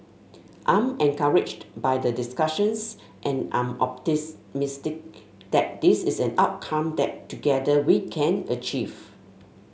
I'm encouraged by the discussions and I am optimistic that that is an outcome that together we can achieve